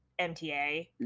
MTA